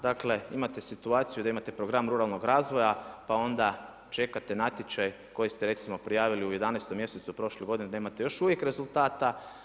Dakle imate situaciju da imate program ruralnog razvoja pa onda čekate natječaj koji ste recimo prijavili u 11. mjesecu prošle godine, nemate još uvijek rezultata.